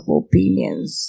opinions